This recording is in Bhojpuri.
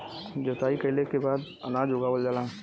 जोताई कइले के बाद अनाज उगावल जाला